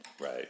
Right